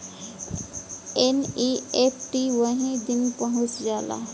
NEFT वही दिन पहुंच जाला